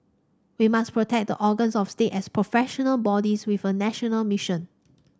we must protect the organs of state as professional bodies with a national mission